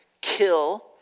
kill